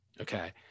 Okay